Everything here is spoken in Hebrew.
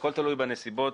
הכול תלוי בנסיבות,